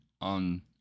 on